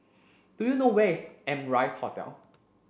do you know where is Amrise Hotel